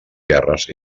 guerres